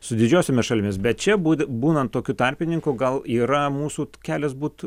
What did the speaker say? su didžiosiomis šalimis bet čia būt būnant tokiu tarpininku gal yra mūsų kelias būt